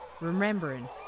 remembering